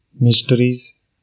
mysteries